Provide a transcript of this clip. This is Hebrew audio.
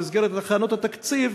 במסגרת הכנות התקציב,